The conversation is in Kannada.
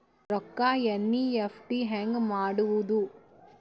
ರೊಕ್ಕ ಎನ್.ಇ.ಎಫ್.ಟಿ ಹ್ಯಾಂಗ್ ಮಾಡುವುದು?